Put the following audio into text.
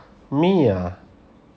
me ah